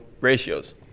ratios